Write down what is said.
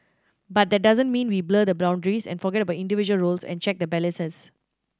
but that doesn't mean we blur the boundaries and forget about individual roles and check the balances